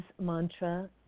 mantra